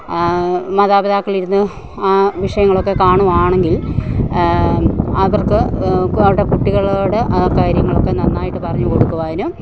മാതാപിതാക്കൾ ഇരുന്ന് വിഷയങ്ങളൊക്കെ കാണുകയാണെങ്കിൽ അവർക്ക് അവരുടെ കുട്ടികളോട് ആ കാര്യങ്ങളൊക്കെ നന്നായിട്ട് പറഞ്ഞു കൊടുക്കുവാനും